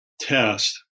test